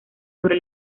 sobre